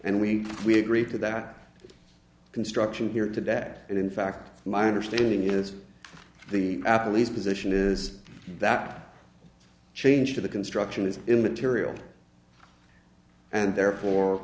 and we we agreed to that construction here today that in fact my understanding is the apple lease position is that change to the construction is immaterial and therefore